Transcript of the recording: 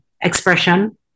expression